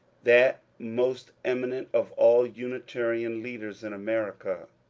that most eminent of all unitarian leaders in america,